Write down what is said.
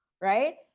right